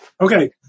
Okay